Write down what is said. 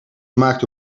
maakte